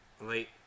late